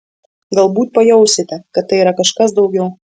galbūt pajausite kad tai yra kažkas daugiau